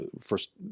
first